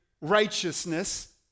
righteousness